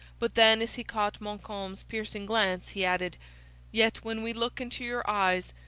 but then, as he caught montcalm's piercing glance, he added yet when we look into your eyes,